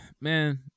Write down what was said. man